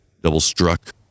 double-struck